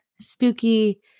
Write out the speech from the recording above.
spooky